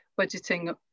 budgeting